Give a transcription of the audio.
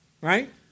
right